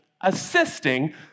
assisting